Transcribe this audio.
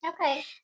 Okay